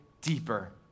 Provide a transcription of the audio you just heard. deeper